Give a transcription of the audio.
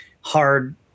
hard